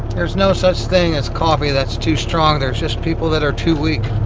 there's no such thing as coffee that's too strong, there's just people that are too weak.